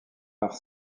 par